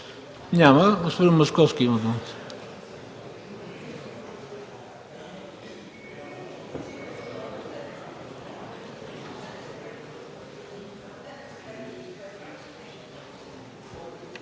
Няма. Господин Московски има думата.